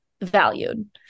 valued